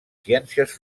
ciències